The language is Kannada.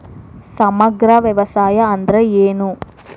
ಸಮಗ್ರ ವ್ಯವಸಾಯ ಅಂದ್ರ ಏನು?